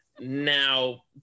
Now